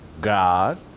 God